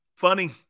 Funny